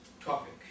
topic